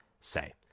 say